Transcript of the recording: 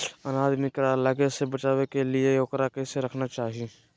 अनाज में कीड़ा लगे से बचावे के लिए, उकरा कैसे रखना चाही?